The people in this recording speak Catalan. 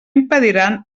impediran